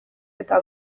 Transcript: eta